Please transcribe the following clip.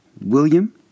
William